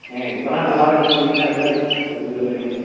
ஏங்க இப்போதான் நல்லாயிருக்குன்னு சொன்னீங்க அதுக்குள்ளே இப்படி சொல்கிறிங்க